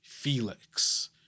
Felix